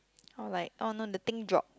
oh like oh no the thing drop